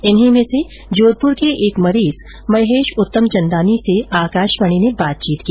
इन्हीं में से जोधपुर के एक मरीज महेश उत्तम चन्दानी से आकाशवाणी ने बातचीत की